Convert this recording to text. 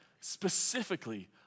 specifically